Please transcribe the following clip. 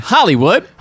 Hollywood